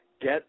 get